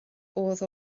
oedd